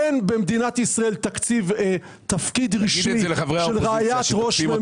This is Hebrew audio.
אין במדינת ישראל תפקיד רשמי של רעיית ראש הממשלה.